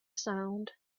sound